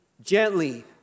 gently